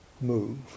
move